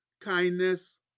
kindness